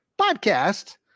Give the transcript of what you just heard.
podcast